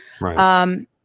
Right